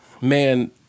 Man